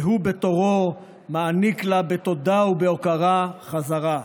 והוא בתורו מעניק לה בתודה ובהוקרה חזרה.